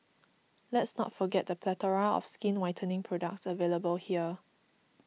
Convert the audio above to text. let's not forget the plethora of skin whitening products available here